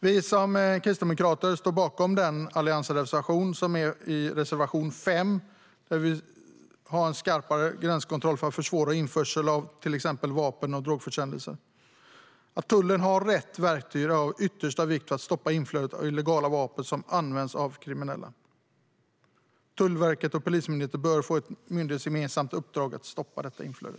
Vi kristdemokrater står bakom alliansreservationen nr 5. Vi vill ha en skarpare gränskontroll för att försvåra införsel av till exempel vapen och drogförsändelser. Att tullen har rätt verktyg är av yttersta vikt för att stoppa inflödet av illegala vapen som används av kriminella. Tullverket och Polismyndigheten bör få ett myndighetsgemensamt uppdrag att stoppa detta inflöde.